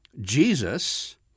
Jesus